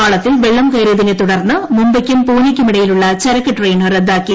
പാളത്തിൽ വെള്ളം കയറിയതിനെ തുടർന്ന് മുംബൈയ്ക്കും പുനെയ്ക്കുമിടയിലുള്ള ചരക്ക് ട്രെയിൻ റദ്ദാക്കി